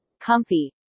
comfy